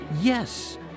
Yes